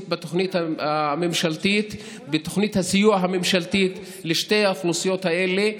בתוכנית הסיוע הממשלתית לשתי האוכלוסיות האלה,